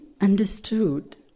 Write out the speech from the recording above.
understood